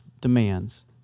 demands